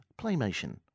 Playmation